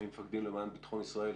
ממפקדים למען ביטחון ישראל.